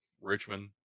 Richmond